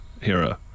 hero